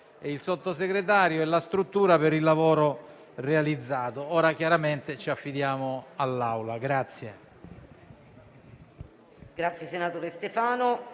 il sottosegretario Amendola per il lavoro realizzato. Ora chiaramente ci affidiamo all'Aula.